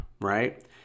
right